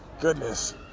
goodness